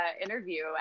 interview